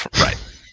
Right